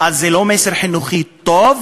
אז זה לא מסר חינוכי טוב,